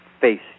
face